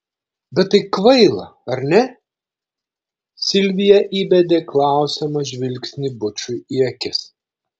bet tai kvaila ar ne silvija įbedė klausiamą žvilgsnį bučui į akis